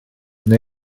neu